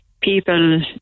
people